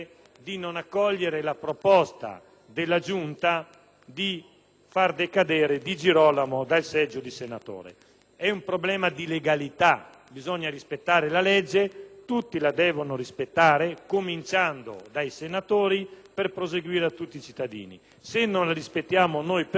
far decadere Di Girolamo dal seggio di senatore? È un problema di legalità. Bisogna rispettare la legge: tutti la devono rispettare, cominciando dai senatori fino ad arrivare a tutti i cittadini. Se non lo facciamo noi per primi, non possiamo pretendere che i cittadini rispettino la legge